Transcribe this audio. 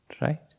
Right